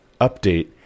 update